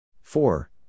four